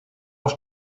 auch